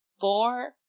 four